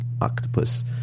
octopus